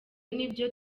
nibyo